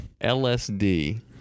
LSD